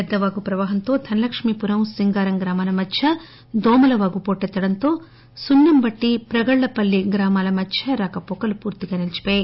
పెద్దవాగు ప్రవాహంతో ధనలక్ష్మీపురం సింగారం గ్రామాల మధ్య దోమలవాగు వోటెత్తడంతో సున్న ంబట్టీ ప్రగళ్లపల్లిగ్రామాల మధ్య రాకవోకలు పూర్తిగా నిలిచివోయాయి